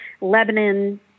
Lebanon